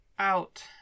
Out